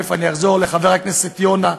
ותכף אחזור, לחבר הכנסת יונה,